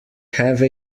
have